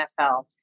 NFL